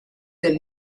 del